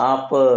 आप